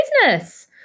business